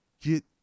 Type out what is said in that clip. get